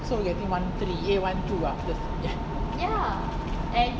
so you getting one three eh one two after C_P_F